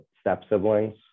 step-siblings